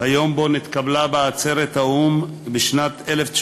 היום שבו נתקבלה בעצרת האו"ם בשנת 1948